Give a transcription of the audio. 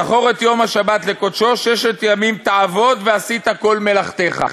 "זכור את יום השבת לקדשו ששת ימים תעבד ועשית כל מלאכתך".